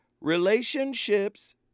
Relationships